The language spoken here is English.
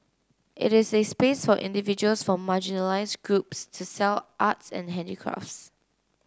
it is a space for individuals from marginalised groups to sell arts and handicrafts